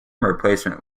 replacement